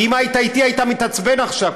כי אם היית איתי היית מתעצבן עכשיו,